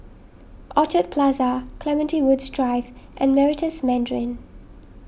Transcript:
Orchard Plaza Clementi Woods Drive and Meritus Mandarin